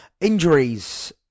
Injuries